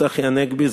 צחי הנגבי,